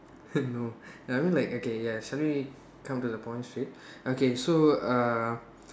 no I mean like okay ya so let me come to the point straight okay so uh